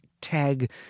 tag